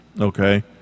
Okay